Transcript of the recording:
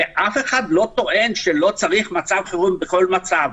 ואף אחד לא טוען שלא צריך מצב חירום בכל מצב.